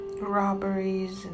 robberies